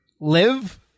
Live